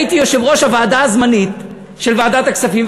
הייתי יושב-ראש הוועדה הזמנית של ועדת הכספים,